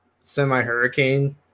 semi-hurricane